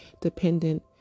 dependent